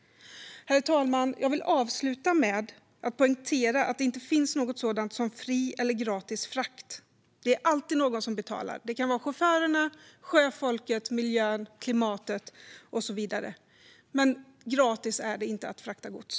Herr talman! Jag vill avsluta med att poängtera att det inte finns något sådant som fri eller gratis frakt. Det är alltid någon som betalar. Det kan vara chaufförerna, sjöfolket, miljön, klimatet och så vidare. Men gratis är det inte att frakta gods.